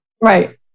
Right